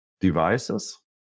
devices